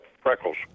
freckles